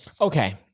Okay